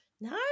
No